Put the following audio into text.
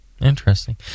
Interesting